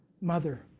mother